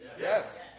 Yes